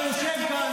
בושה שאתה יושב כאן,